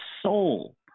soul